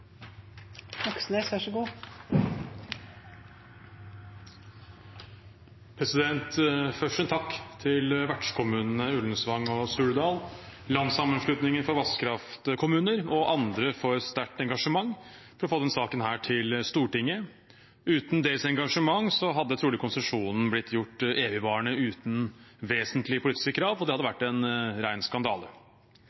til vertskommunene Ullensvang og Suldal, Landssamanslutninga for vasskraftkommunar og andre, for sterkt engasjement for å få denne saken til Stortinget. Uten deres engasjement hadde trolig konsesjonen blitt gjort evigvarende uten vesentlige politiske krav, og det hadde